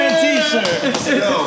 t-shirt